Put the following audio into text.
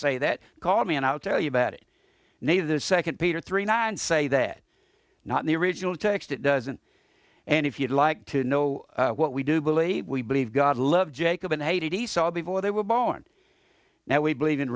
say that call me and i'll tell you about it neither the second peter three nine say that not in the original text it doesn't and if you'd like to know what we do believe we believe god loves jacob and esau before they were born now we believe in